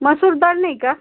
मसूर डाळ नाही का